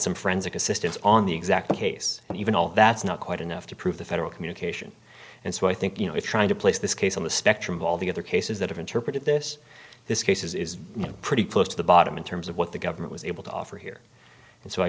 some friends of assistance on the exact case and even all that's not quite enough to prove the federal communication and so i think you know is trying to place this case on the spectrum of all the other cases that have interpreted this this case is pretty close to the bottom in terms of what the government was able to offer here and so i